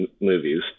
movies